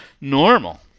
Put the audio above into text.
normal